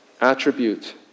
attribute